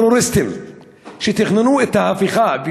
הטרוריסטים שתכננו את ההפיכה,